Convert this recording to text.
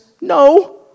No